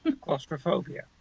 claustrophobia